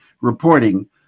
reporting